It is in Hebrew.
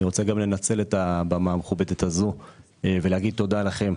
אני גם רוצה לנצל את הבמה המכובדת הזאת ולהגיד תודה לכם,